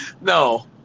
No